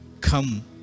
come